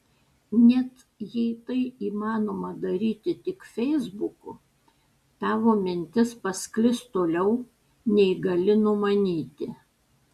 net jei tai įmanoma daryti tik feisbuku tavo mintis pasklis toliau nei gali numanyti